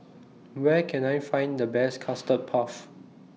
Where Can I Find The Best Custard Puff